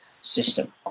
system